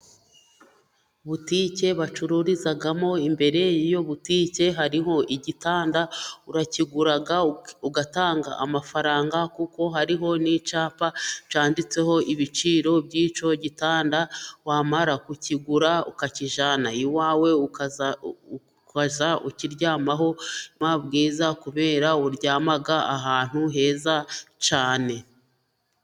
Butike bacururizamo, imbere y'iyo butike hariho igitanda urakigurara ugatanga amafaranga, kuko hariho n'icapa cyananditseho ibiciro bw'icyo gitanda wamara kukigura ukakijana iwawe ukazajya ukiryamaho ukagira ubuzima bwiza kubera uryama ahantu heza cyane.